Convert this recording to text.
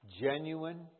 genuine